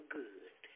good